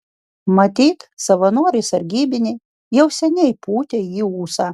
matyt savanoriai sargybiniai jau seniai pūtė į ūsą